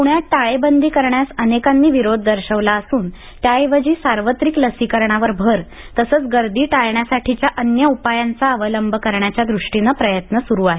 पूण्यात टाळेबंदी करण्यास अनेकांनी विरोध दर्शवला असून त्याऐवजी सार्वत्रिक लसीकरणावर भर तसंच गर्दी टाळण्यासाठीच्या अन्य उपायांचा अवलंब करण्याच्या दृष्टीनं प्रयत्न सुरु झाले आहेत